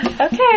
Okay